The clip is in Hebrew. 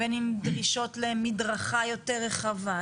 בין אם דרישות למדרכה יותר רחבה.